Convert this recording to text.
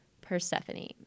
Persephone